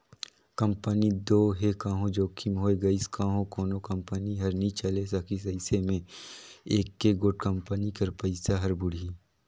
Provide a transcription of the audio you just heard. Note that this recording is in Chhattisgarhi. कंपनी दो हे कहों जोखिम होए गइस कहों कोनो कंपनी हर नी चले सकिस अइसे में एके गोट कंपनी कर पइसा हर बुड़ही